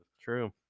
True